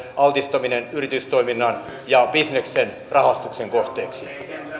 altistaminen yritystoiminnan ja bisneksen rahastuksen kohteeksi